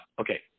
Okay